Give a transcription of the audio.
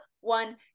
one